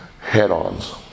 head-ons